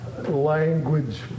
language